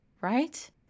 right